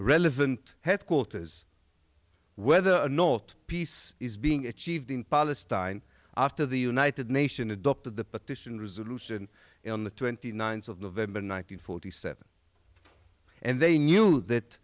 relevant headquarters whether or not peace is being achieved in palestine after the united nation adopted the petition resort lucian on the twenty ninth of november nine hundred forty seven and they knew that